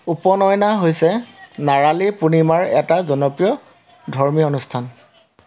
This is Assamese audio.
উপনয়না হৈছে নাৰালী পূৰ্ণিমাৰ এটা জনপ্ৰিয় ধৰ্মীয় অনুষ্ঠান